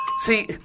See